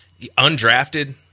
undrafted